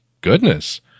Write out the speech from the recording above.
Goodness